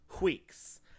weeks